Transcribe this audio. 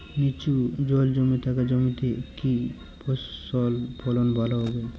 নিচু জল জমে থাকা জমিতে কি ফসল ফলন ভালো হবে?